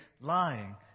lying